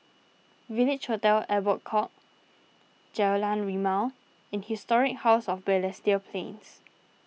Village Hotel Albert Court Jalan Rimau and Historic House of Balestier Plains